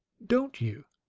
don't you?